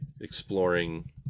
exploring